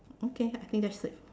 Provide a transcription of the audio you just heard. okay I think that's it